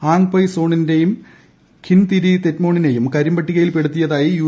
Aung Pyae സോണിനെയും Khin Thiri തെറ്റ്മോണിനെയും കരിമ്പട്ടികയിൽ പെടുത്തിയതായി യു